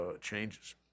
changes